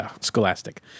Scholastic